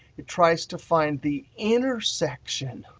it tries to find the intersection.